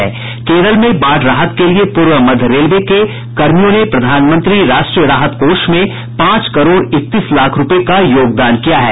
केरल में बाढ़ राहत के लिए पूर्व मध्य रेल के कर्मियों ने प्रधानमंत्री राष्ट्रीय राहत कोष में पांच करोड़ इकतीस लाख रुपए का योगदान किया है